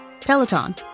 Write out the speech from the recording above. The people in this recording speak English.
Peloton